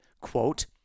quote